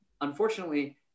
unfortunately